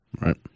Right